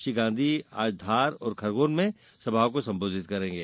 श्री गांधी आज धार और खरगोन में सभाओं को संबोधित करेंगे